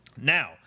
Now